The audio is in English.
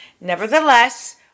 Nevertheless